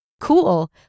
Cool